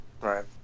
Right